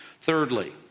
Thirdly